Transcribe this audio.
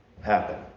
happen